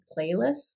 playlist